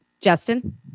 Justin